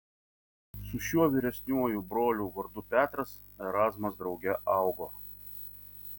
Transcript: su šiuo vyresniuoju broliu vardu petras erazmas drauge augo